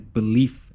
belief